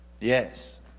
Yes